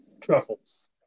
truffles